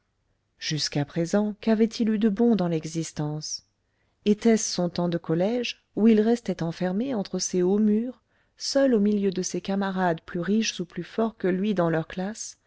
jusqu'à présent qu'avait-il eu de bon dans l'existence était-ce son temps de collège où il restait enfermé entre ces hauts murs seul au milieu de ses camarades plus riches ou plus forts que lui dans leurs classes